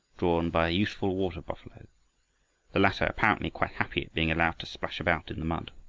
drawn by a useful water-buffalo the latter apparently quite happy at being allowed to splash about in the mud.